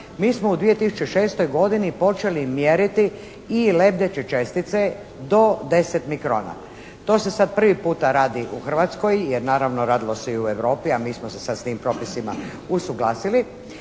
mi smo u 2006. godini počeli mjeriti i lebdeće čestice do 10 mikrona. To se sada prvi puta radi u Hrvatskoj jer naravno radilo se i u Europi a mi smo se sada s tim propisima usuglasili